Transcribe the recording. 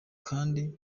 kandi